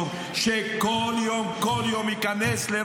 סכנת נפשות.